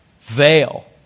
veil